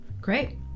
Great